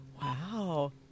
Wow